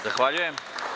Zahvaljujem.